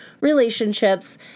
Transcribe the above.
relationships